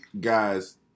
guys